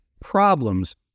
problems